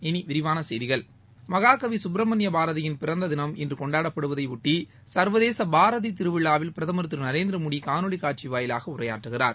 இனி விரிவான செய்திகள் மகாகவி சுப்பிரமணிய பாரதியின் பிறந்த தினம் இன்று கொண்டாடப்படுவதையொட்டி சர்வதேச பாரதி திருவிழாவில் பிரதமர் திரு நரேந்திரமோடி காணொலி காட்சி வாயிலாக உரையாற்றுகிறார்